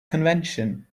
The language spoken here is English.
convention